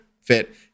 fit